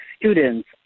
students